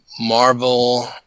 Marvel